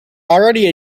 already